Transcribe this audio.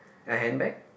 her handbag